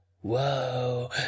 Whoa